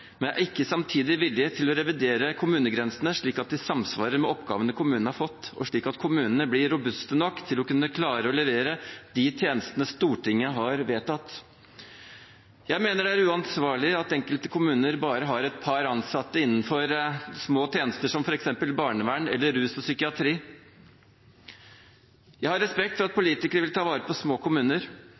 men er ikke samtidig villig til å revidere kommunegrensene slik at de samsvarer med oppgavene kommunene har fått, og slik at kommunene blir robuste nok til å kunne klare å levere de tjenestene Stortinget har vedtatt. Jeg mener det er uansvarlig at enkelte kommuner bare har et par ansatte innenfor små tjenester som f.eks. barnevern eller rus og psykiatri. Jeg har respekt for at politikere vil ta vare på små kommuner,